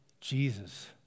Jesus